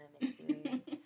experience